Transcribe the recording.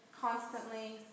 constantly